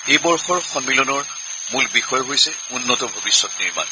এই বৰ্ষৰ সন্মিলনৰ মূল বিষয় হৈছে উন্নত ভৱিষ্যত নিৰ্মাণ